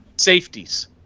Safeties